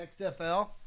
XFL